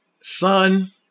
son